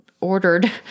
ordered